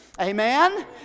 Amen